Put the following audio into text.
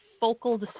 Focal